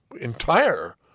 entire